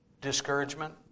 discouragement